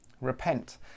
Repent